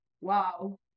wow